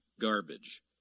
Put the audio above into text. garbage